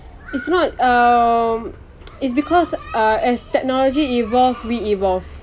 it's not um it's because uh as technology evolves we evolve